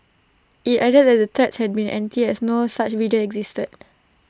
IT added that the the threats had been empty as no such video existed